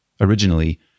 originally